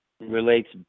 relates